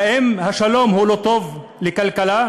האם השלום לא טוב לכלכלה?